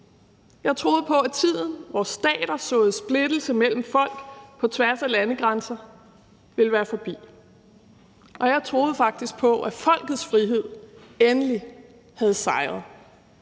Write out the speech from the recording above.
Jeg troede på, at tiden, hvor stater såede splittelse mellem folk på tværs af landegrænser, ville være forbi, og jeg troede faktisk på, at folkets frihed endelig havde sejret.